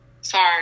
Sorry